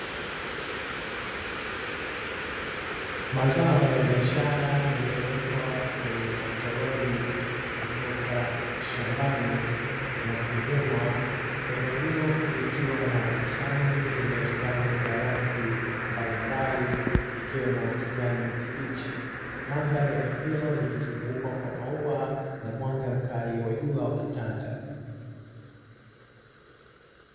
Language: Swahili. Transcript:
Mazao ya biashara yaliyowekwa kwenye matoroli kutoka shambani na kuvunwa, eneo hilo likiwa na bustani iliyostawi kwa rangi mbalimbali ikiwemo kijani kibichi. Mandhari ya eneo hilo likizungukwa kwa maua na mwanga mkali wa jua ukitanda.